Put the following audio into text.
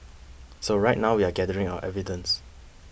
so right now we're gathering our evidence